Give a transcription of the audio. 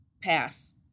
pass